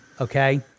okay